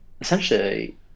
essentially